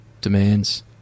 demands